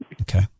Okay